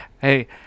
Hey